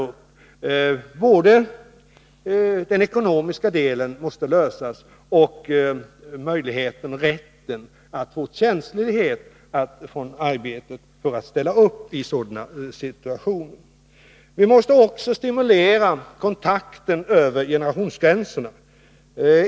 Vad som måste lösas är frågor som gäller både den ekonomiska sidan av saken och rätten och möjligheten att få tjänstledighet från arbetet för att ställa upp i sådana situationer. Vi måste också stimulera kontakten över generationsgränserna.